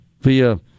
via